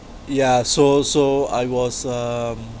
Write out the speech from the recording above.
yeah so so I was um